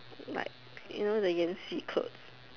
like you know the 演戏 clothes